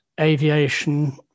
aviation